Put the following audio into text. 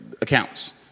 accounts